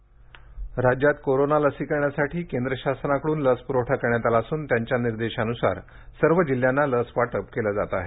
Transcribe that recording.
लसीकरण राज्यात कोरोना लसीकरणासाठी केंद्र शासनाकडून लस पुरवठा करण्यात आला असून त्यांच्या निर्देशनुसार सर्व जिल्ह्यांना लस वाटप केले जात आहे